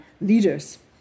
leaders